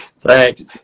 Thanks